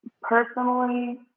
personally